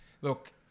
Look